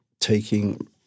taking